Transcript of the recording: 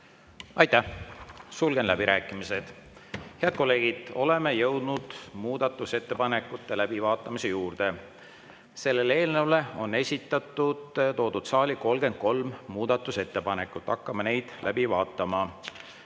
Aitäh! Sulgen läbirääkimised. Head kolleegid, oleme jõudnud muudatusettepanekute läbivaatamise juurde. Selle eelnõu kohta on saali toodud 33 muudatusettepanekut. Hakkame neid läbi vaatama.